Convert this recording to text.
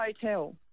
Hotel